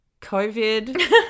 COVID